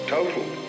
Total